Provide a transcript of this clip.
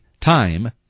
Time